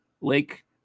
Lake